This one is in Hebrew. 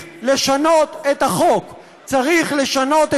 התשע"ז 2017, בקריאה ראשונה.